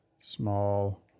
small